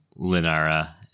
Linara